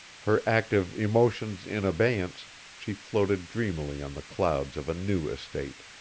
her active emotions in abeyance, she floated dreamily on the clouds of a new estate.